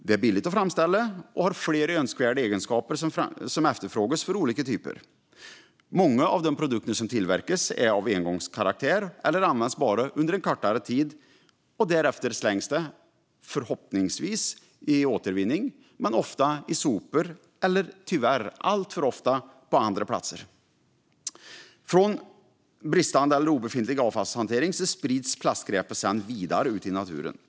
Det är billigt att framställa och har flera önskvärda egenskaper som efterfrågas för olika typer av produkter. Många av de produkter som tillverkas är av engångskaraktär eller används bara under en kortare tid. Därefter slängs de, förhoppningsvis i återvinning men ofta i soporna eller tyvärr alltför ofta på andra platser. Från bristande eller obefintlig avfallshantering sprids plastskräpet sedan vidare ut i naturen.